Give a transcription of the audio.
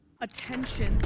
Attention